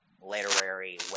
literary